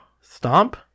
stomp